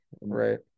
right